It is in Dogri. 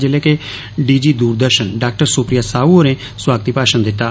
जिसलै कि D G Doordarshan Dr Supriya Sahu होरें सोआगती भाषण दित्ता